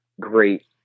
great